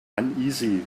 uneasy